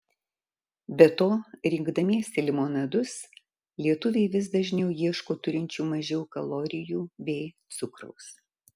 be to rinkdamiesi limonadus lietuviai vis dažniau ieško turinčių mažiau kalorijų bei cukraus